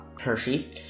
Hershey